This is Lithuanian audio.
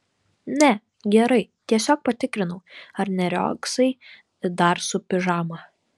ne gerai tiesiog patikrinau ar neriogsai dar su pižama